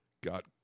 got